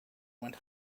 went